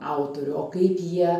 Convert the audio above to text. autorių o kaip jie